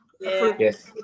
Yes